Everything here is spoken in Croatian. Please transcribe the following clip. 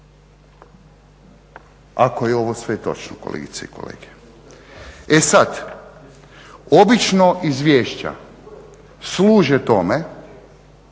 Ako je ovo sve točno kolegice i kolege, e sad obično izvješća služe tome